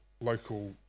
local